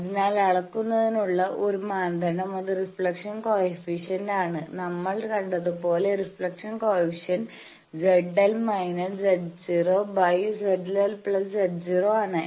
അതിനാൽ അളക്കുന്നതിനുള്ള ഒരു മാനദണ്ഡം അത് റിഫ്ലക്ഷൻ കോയെഫിഷ്യന്റ് ആണ് നമ്മൾ കണ്ടത് പോലേ reflection coefficient ZL−Z0Z L Z0 ആണ്